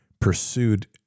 Pursued